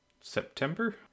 September